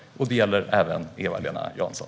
Det gäller även Eva-Lena Jansson.